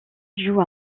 joue